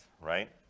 right